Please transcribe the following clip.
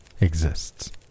exists